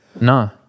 No